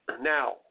Now